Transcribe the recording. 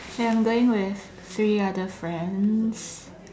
ya I'm going with three other friends